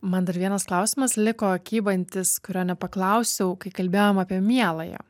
man dar vienas klausimas liko kybantis kurio nepaklausiau kai kalbėjom apie mieląją